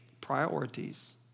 Priorities